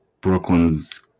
Brooklyn's